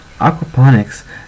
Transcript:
Aquaponics